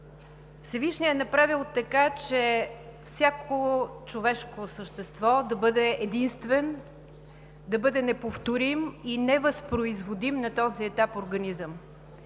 Всевишният е направил така, че всяко човешко същество да бъде единствен, да бъде неповторим и невъзпроизводим на този етап организъм.